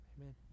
Amen